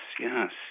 yes